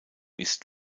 ist